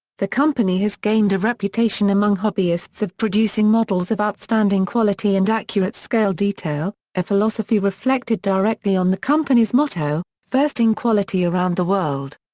the company has gained a reputation among hobbyists of producing models of outstanding quality and accurate scale detail, a philosophy reflected directly on the company's motto, first in quality around the world.